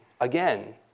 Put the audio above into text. again